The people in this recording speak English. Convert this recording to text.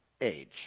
age